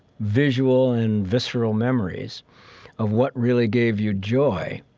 visual and visceral memories of what really gave you joy,